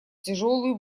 тяжелый